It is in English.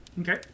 Okay